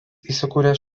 įsikūręs